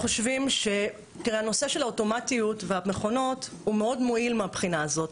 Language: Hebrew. הנושא של האוטומטיות והמכונות הוא מאוד מועיל מהבחינה הזאת.